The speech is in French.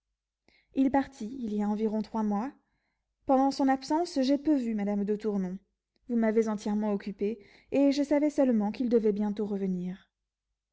il partit il y a environ trois mois pendant son absence j'ai peu vu madame de tournon vous m'avez entièrement occupé et je savais seulement qu'il devait bientôt revenir